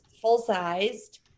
full-sized